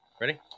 Ready